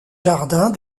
jardins